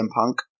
Punk